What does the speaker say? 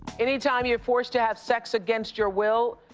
any time you're forced to have sex against your will,